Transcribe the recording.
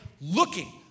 looking